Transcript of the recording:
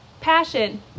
Passion